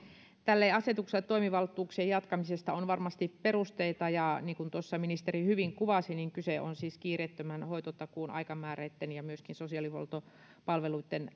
tälle asetukselle toimivaltuuksien jatkamisesta on varmasti perusteita ja niin kuin tuossa ministeri hyvin kuvasi kyse on siis kiireettömän hoitotakuun aikamääreitten ja myöskin sosiaalihuoltopalveluitten